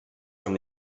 from